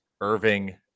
Irving